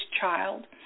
child